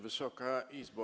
Wysoka Izbo!